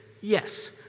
Yes